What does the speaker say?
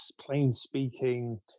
plain-speaking